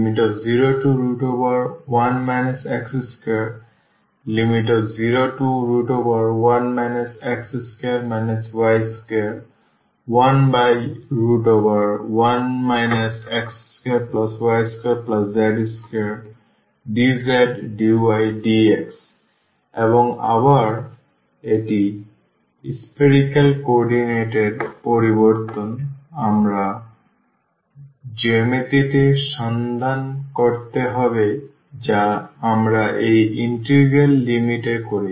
0101 x201 x2 y211 x2y2z2dzdydx এবং আবার একটি spherical কোঅর্ডিনেট এর পরিবর্তন আমাদের জ্যামিতির সন্ধান করতে হবে যা আমরা এই ইন্টিগ্রাল লিমিট এ করছি